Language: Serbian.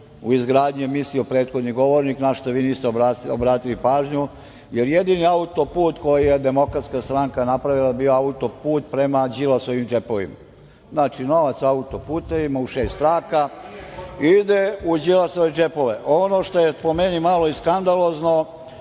u izgradnji je mislio prethodni govornik, na šta vi niste obratili pažnju, jer jedini autoput koji je DS napravila bio je autoput prema Đilasovim džepovima. Znači, novac autoputevima u šest traka ide u Đilasove džepove. Ono što je po meni malo i skandalozno